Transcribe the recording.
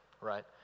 right